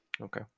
Okay